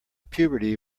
puberty